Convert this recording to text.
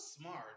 smart